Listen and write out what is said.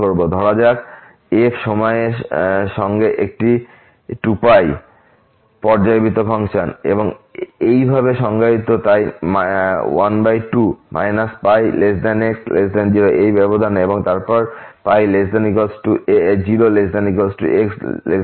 ধরা যাক f সময়ের সঙ্গে একটি 2π পর্যাবৃত্ত ফাংশন এবং এই ভাবে সংজ্ঞায়িত তাই 12 πx0 এই ব্যাবধানে এবং তারপর 0≤x≤ থেকে এটি 1